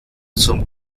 zum